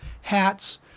hats